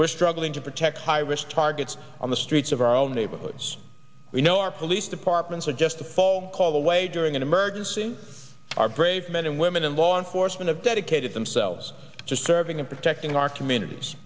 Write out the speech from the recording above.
we're struggling to protect high risk targets on the streets of our own neighborhoods you know our police departments are just the fall call away during an emergency our brave men and women in law enforcement of dedicated themselves to serving and protecting our communities